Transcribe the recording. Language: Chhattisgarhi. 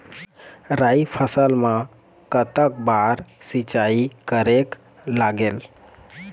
राई फसल मा कतक बार सिचाई करेक लागेल?